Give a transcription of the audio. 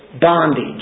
Bondage